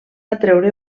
atreure